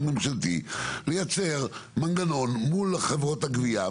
ממשלתי צריך לייצר מנגנון מול חברות הגבייה,